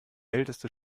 älteste